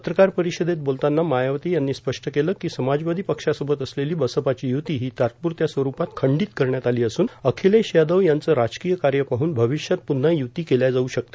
पत्रकार परिषदेत बोलताना मायावती यांनी स्पष्ट केलं की समाजवादी पक्षासोबत असलेली बसपाची यृती ही तात्पूरत्या स्वरूपात खंडीत करण्यात आली असून अखिलेश यादव यांच राजकीय कार्य पाहून मविष्यात पुन्हा युती केल्या जाऊ शकते